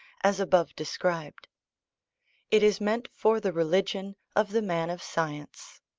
as above described it is meant for the religion of the man of science.